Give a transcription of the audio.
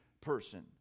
person